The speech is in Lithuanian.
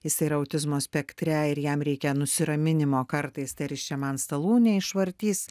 jis yra autizmo spektre ir jam reikia nusiraminimo kartais tai ar jis čia man stalų neišvartys